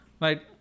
Right